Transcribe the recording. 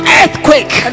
earthquake